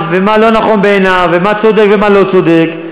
ומה לא נכון בעיניו ומה צודק ומה לא צודק,